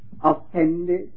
offended